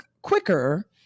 quicker